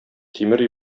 тимер